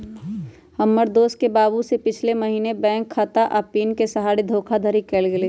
हमर दोस के बाबू से पिछले महीने बैंक खता आऽ पिन के सहारे धोखाधड़ी कएल गेल